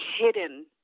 hidden